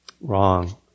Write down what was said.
wrong